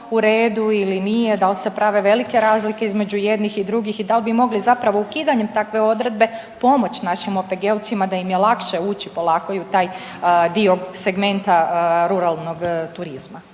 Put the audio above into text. u redu ili nije, da li se prave velike razlike između jednih i drugih i da li bi mogli zapravo ukidanjem takve odredbe pomoći našim OPG-ovcima da im je lakše ući polako i u taj dio segmenta ruralnog turizma.